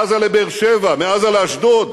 מעזה לבאר-שבע, מעזה לאשדוד.